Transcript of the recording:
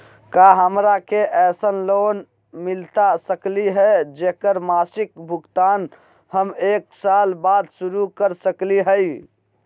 का हमरा के ऐसन लोन मिलता सकली है, जेकर मासिक भुगतान हम एक साल बाद शुरू कर सकली हई?